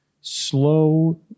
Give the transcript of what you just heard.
slow